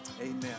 Amen